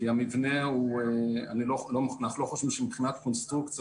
כי אנחנו לא חושבים שמבחינת קונסטרוקציה